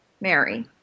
Mary